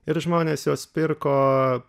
ir žmonės juos pirko